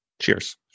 Cheers